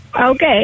Okay